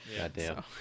Goddamn